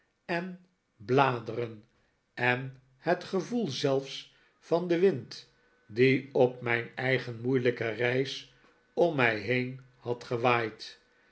en bladeren en het gevoel zelfs van den wind die op mijn eigen moeilijke reis om mij heen had gewaaid